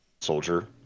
soldier